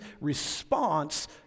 response